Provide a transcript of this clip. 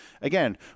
Again